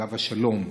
עליו השלום,